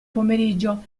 pomeriggio